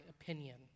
opinion